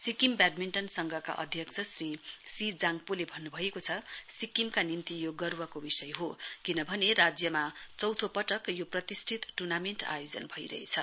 Sikkim badminton संघका अध्यक्ष Shri C Jangpole भन्नुभएको छ सिक्किमका निम्ति यो गर्वको विषय हो किनभने राज्यमा चौथो पटक यो प्रतिष्ठित ट्र्नामेण्ट आयोजन भइरहेछ